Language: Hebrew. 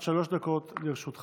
עד שלוש דקות לרשותך.